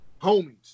homies